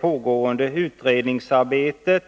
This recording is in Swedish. pågående utredningsarbete.